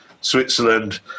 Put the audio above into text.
Switzerland